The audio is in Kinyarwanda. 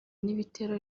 n’ibitero